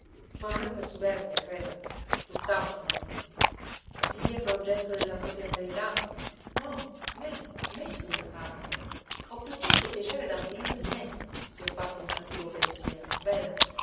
ma non è per superbia creda tutt'altro anzi avvilir l'oggetto della propria carità no me me signor parroco ho piuttosto piacere d'avvilir me se ho fatto un cattivo pensiero veda